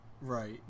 Right